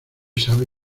sabe